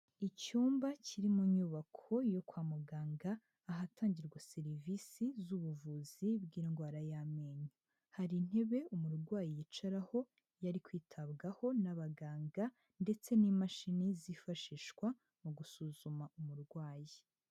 Icyumba kiri mu nyubako yo kwa muganga, ahatangirwa serivisi z'ubuvuzi bw'indwara y'amenyo. Hari intebe umurwayi yicaraho iyo ari kwitabwaho n'abaganga ndetse n'imashini zifashishwa mu gusuzuma umurwayi.